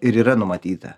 ir yra numatyta